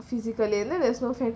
physically then there's no fan